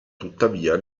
tuttavia